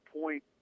point